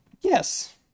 yes